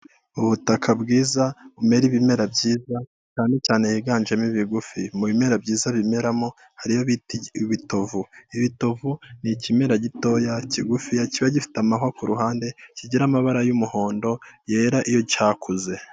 Ubutaka bwiza bumera ibimera byiza cyane cyane higanjemo ibigufi mu bimera byiza bimeramo hariyo bita ibitovu, ibitovu ni ikimera gitoya kigufiya kiba gifite amahwa kuruhande kigira amabara y'umuhondo yera iyo cyakuze